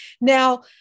now